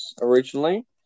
originally